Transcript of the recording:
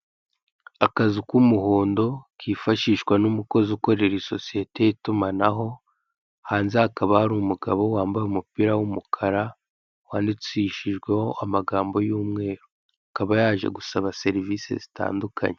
Akazu k'umuhondo kifashishwa n'umukozi ukorera isosiyete y'itumanaho, hanze hakaba hari umugabo wambaye umupira w'umukara wandikishijweho amagambo y'umweru, akaba yaje gusaba serivise zitandukanye.